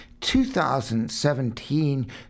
2017